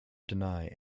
deny